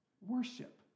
Worship